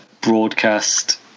broadcast